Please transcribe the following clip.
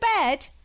bed